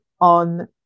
on